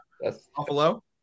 Buffalo